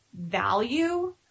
value